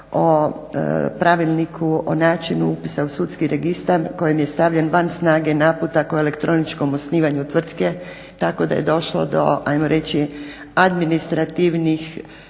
o pravilniku, o načinu upisa u sudski registar kojim je stavljen van snage naputak o elektroničkom osnivanju tvrtke tako da je došlo do hajmo reći administrativnih